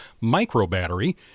micro-battery